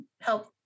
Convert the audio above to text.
help